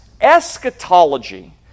eschatology